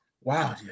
Wow